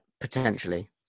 potentially